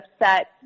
upset